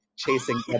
chasing